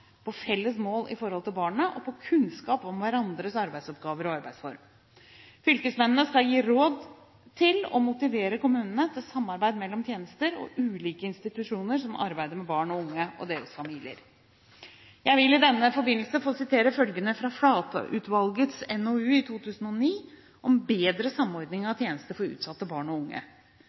på felles mål for barnet og på kunnskap om hverandres arbeidsoppgaver og arbeidsform. Fylkesmennene skal gi råd til og motivere kommunene til samarbeid mellom tjenester og ulike institusjoner som arbeider med barn og unge og deres familier. Jeg vil i denne forbindelse få sitere følgende fra Flatø-utvalgets NOU i 2009 om bedre samordning av tjenester for utsatte barn og unge: